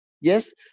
Yes